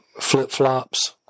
flip-flops